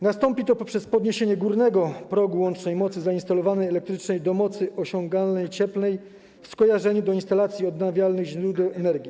Nastąpi to poprzez podniesienie górnego progu łącznej mocy zainstalowanej elektrycznej lub mocy osiągalnej cieplnej w skojarzeniu dla instalacji odnawialnych źródeł energii.